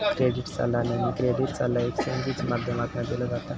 credit सल्ला नेहमी credit सल्ला एजेंसींच्या माध्यमातना दिलो जाता